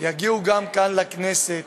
תגיע גם לכאן, לכנסת,